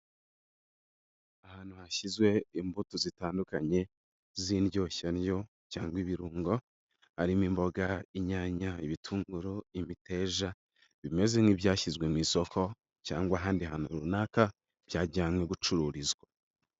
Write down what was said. Ahantu hashyizwe imbuto zitandukanye z'indyoshyandyo cyangwa ibirungo, harimo imboga inyanya, ibitunguru, imiteja bimeze nk'ibyashyizwe mu isoko cyangwa ahandi hantu runaka byajyanywe gucururizwa.